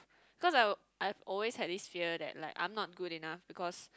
cause I I've always had this fear that like I'm not good enough because